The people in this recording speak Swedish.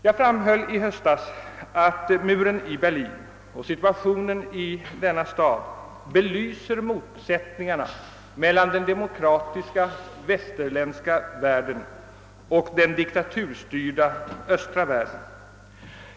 Jag framhöll i höstas att muren i Berlin och situationen i denna stad belyser motsättningarna mellan den demokratiska västerländska världen och den diktaturstyrda östra världen.